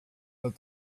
data